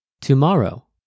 tomorrow